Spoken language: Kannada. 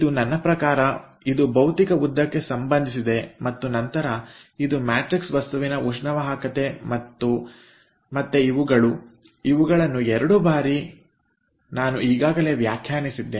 ನನ್ನ ಪ್ರಕಾರ ಇದು ಭೌತಿಕ ಉದ್ದಕ್ಕೆ ಸಂಬಂಧಿಸಿದೆ ಮತ್ತು ನಂತರ ಇದು ಮ್ಯಾಟ್ರಿಕ್ಸ್ ವಸ್ತುವಿನ ಉಷ್ಣವಾಹಕತೆ ಮತ್ತು ಮತ್ತೆ ಇವುಗಳು ಇವುಗಳನ್ನು 2 ಬಾರಿ ನಾನು ಈಗಾಗಲೇ ವ್ಯಾಖ್ಯಾನಿಸಿದ್ದೇನೆ